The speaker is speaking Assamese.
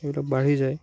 সেইবিলাক বাঢ়ি যায়